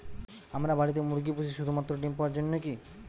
আমরা বাড়িতে মুরগি পুষি শুধু মাত্র ডিম পাওয়ার জন্যই কী?